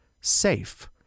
SAFE